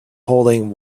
holding